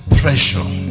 pressure